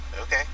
Okay